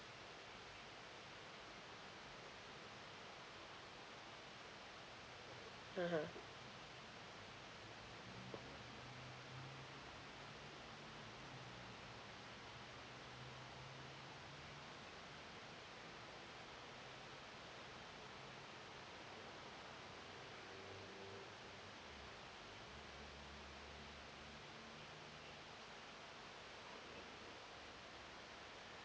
(uh huh)